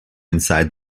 inside